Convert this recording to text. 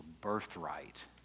birthright